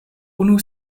unu